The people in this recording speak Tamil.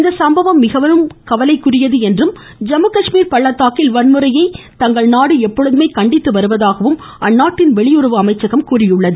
இந்த சம்பவம் மிகவும் கவலைக்குரியது என்றும் ஜம்முகாஷ்மீர் பள்ளத்தாக்கில் வன்முறையை தங்கள் நாடு எப்பொழுதுமே கண்டித்து வருவதாக அந்நாட்டின் வெளியுறவு அமைச்சகம் தெரிவித்துள்ளது